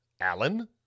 Alan